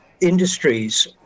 industries